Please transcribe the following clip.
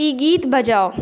ई गीत बजाउ